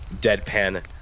deadpan